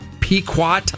Pequot